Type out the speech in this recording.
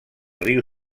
riu